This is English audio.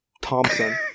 Thompson